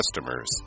customers